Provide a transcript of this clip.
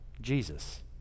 Jesus